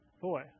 boy